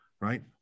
right